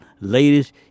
Ladies